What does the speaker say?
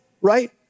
right